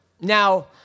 Now